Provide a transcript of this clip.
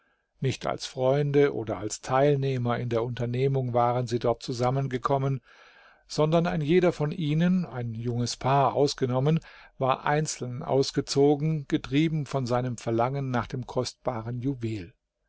nicht als freunde oder als teilnehmer in der unternehmung waren sie dort zusammengekommen sondern ein jeder von ihnen ein junges paar ausgenommen war einzeln ausgezogen getrieben von seinem verlangen nach dem kostbaren juwel